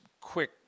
quick